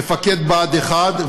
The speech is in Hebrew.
מפקד בה"ד 1,